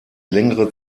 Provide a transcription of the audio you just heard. längere